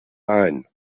ein